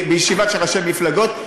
בישיבה של ראשי מפלגות,